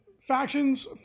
factions